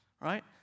Right